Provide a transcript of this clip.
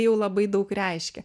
jau labai daug reiškia